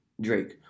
Drake